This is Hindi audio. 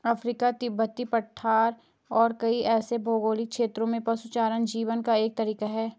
अफ्रीका, तिब्बती पठार और कई ऐसे भौगोलिक क्षेत्रों में पशुचारण जीवन का एक तरीका है